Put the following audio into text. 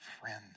friends